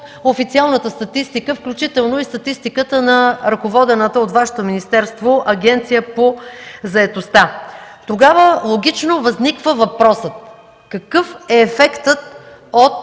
официалната статистика, включително и статистиката на ръководената от Вашето министерство Агенция по заетостта. Тогава логично възниква въпросът: какъв е ефектът от